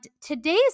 today's